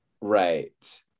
Right